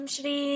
Shri